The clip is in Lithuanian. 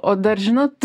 o dar žinot